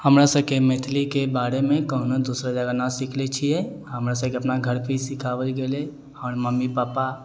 हमरासबके मैथिलीके बारेमे कोनो दोसर जगह नहि सिखलै छिए हमरासबके अपना घरपर ही सिखाएल गेलै हमर मम्मी पापा